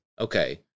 Okay